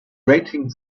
grating